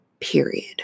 period